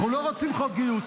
אנחנו לא רוצים חוק גיוס.